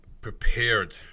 prepared